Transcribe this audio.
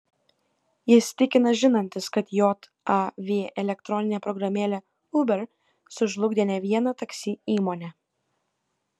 jis tikina žinantis kad jav elektroninė programėlė uber sužlugdė ne vieną taksi įmonę